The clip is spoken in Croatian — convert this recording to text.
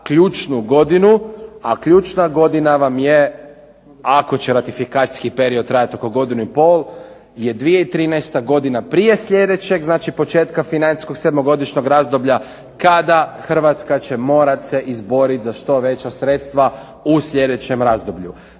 ključnu godinu, a ključna godina vam je ako će ratifikacijski period trajati oko godinu i pol je 2013. godina prije sljedećeg, znači početka financijskog 7-godišnjeg razdoblja, kada Hrvatska će morat se izboriti za što veća sredstva u sljedećem razdoblju.